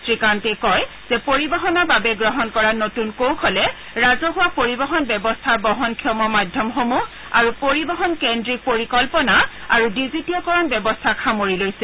শ্ৰী কান্তে কয় যে পৰিবহনৰ বাবে গ্ৰহণ কৰা নতুন কৌশলে ৰাজছৱা পৰিবহন ব্যৱস্থাৰ বহনক্ষম মাধ্যমসমূহ আৰু পৰিবহনকেড্ৰিক পৰিকল্পনা আৰু ডিজিটীয়কৰণ ব্যৱস্থাক সামৰি লৈছে